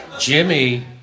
Jimmy